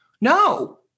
no